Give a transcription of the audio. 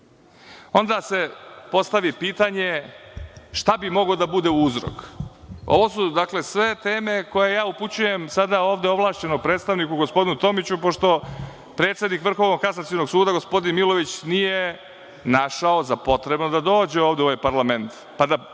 Onda se postavi pitanje šta bi mogao da bude uzrok? Ovo su, dakle, sve teme koje ja upućujem sada ovde ovlašćenom predstavniku, gospodinu Tomiću, pošto predsednik Vrhovnog kasacionog suda, gospodin Milojević, nije našao za potrebno da dođe ovde u ovaj parlament,